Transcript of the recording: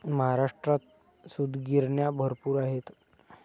महाराष्ट्रात सूतगिरण्या भरपूर आहेत